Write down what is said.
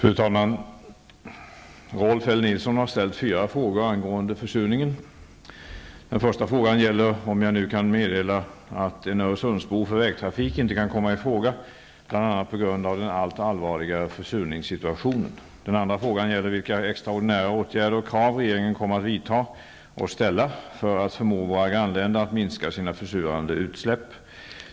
Fru talman! Rolf L Nilson har ställt fyra frågor angående försurningen. Den första frågan gäller om jag nu kan meddela att en Öresundsbro för vägtrafik inte kan komma i fråga bl.a. på grund av den allt allvarligare försurningssituationen. Den andra frågan gäller vilka extraordinära åtgärder och krav regeringen kommer att vidta och ställa för att förmå våra grannländer att minska sina försurande utsläpp.